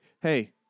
hey